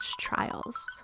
trials